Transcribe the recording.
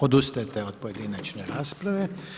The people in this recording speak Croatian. Odustajte od pojedinačne rasprave.